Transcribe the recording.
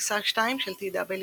טיסה 2 של TWA